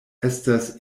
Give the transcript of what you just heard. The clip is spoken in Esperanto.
estas